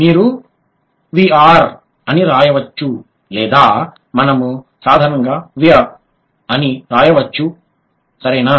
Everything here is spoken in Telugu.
మీరు వి అర్ అని వ్రాయవచ్చు లేదా మనము సాధారణంగా విర్ were అని వ్రాయవచ్చు సరేనా